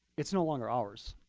it's no longer ours.